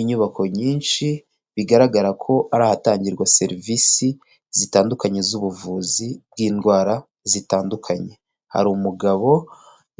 Inyubako nyinshi, bigaragara ko ari ahatangirwa serivisi zitandukanye z'ubuvuzi bw'indwara zitandukanye. Hari umugabo